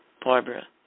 Barbara